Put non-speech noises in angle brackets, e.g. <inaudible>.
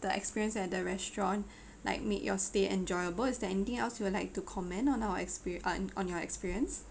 the experience at the restaurant <breath> like make your stay enjoyable is there anything else you would like to comment on our expe~ uh on your experience